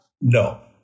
no